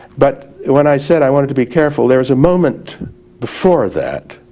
but when i said i wanted to be careful there was a moment before that,